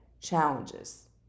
challenges